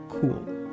cool